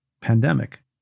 pandemic